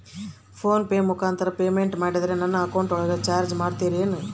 Phone pay ಮುಖಾಂತರ payment ಮಾಡಿದರೆ ನನ್ನ ಅಕೌಂಟಿನೊಳಗ ಚಾರ್ಜ್ ಮಾಡ್ತಿರೇನು?